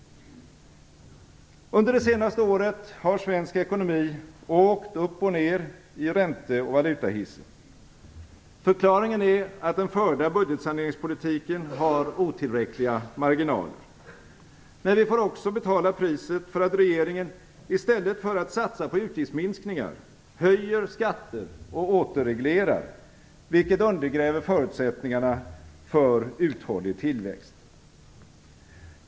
Under det senaste året har svensk ekonomi åkt upp och ner i ränte och valutahissen. Förklaringen är att den förda budgetsaneringspolitiken har otillräckliga marginaler. Men vi får också betala priset för att regeringen i stället för att satsa på utgiftsminskningar höjer skatter och återreglerar, vilket undergräver förutsättningarna för uthållig tillväxt.